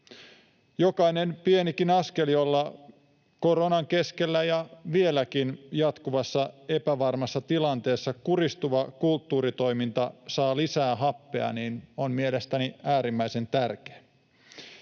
Jokainen pienikin askel, jolla koronan keskellä ja vieläkin jatkuvassa epävarmassa tilanteessa kuristuva kulttuuritoiminta saa lisää happea, on mielestäni äärimmäisen tärkeä.